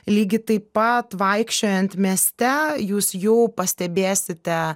lygiai taip pat vaikščiojant mieste jūs jau pastebėsite